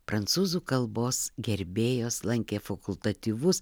prancūzų kalbos gerbėjos lankė fakultatyvus